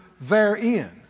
therein